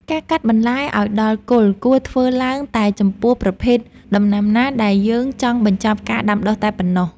ការកាត់បន្លែឱ្យដល់គល់គួរធ្វើឡើងតែចំពោះប្រភេទដំណាំណាដែលយើងចង់បញ្ចប់ការដាំដុះតែប៉ុណ្ណោះ។